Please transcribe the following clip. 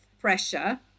pressure